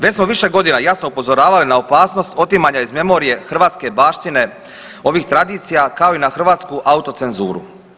Već smo više godina jasno upozoravali na opasnost otimanja iz memorije hrvatske baštine ovih tradicija, kao i na hrvatsku autocenzuru.